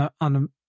on